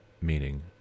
meaning